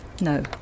No